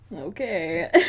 okay